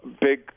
big